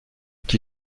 qui